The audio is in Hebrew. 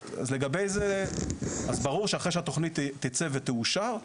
אז, לגבי זה, אז ברור שאחרי שהתכנית תצא ותאושר,